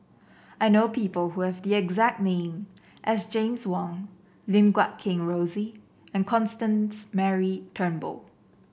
I know people who have the exact name as James Wong Lim Guat Kheng Rosie and Constance Mary Turnbull